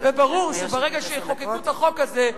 וברור שברגע שיחוקקו את החוק הזה,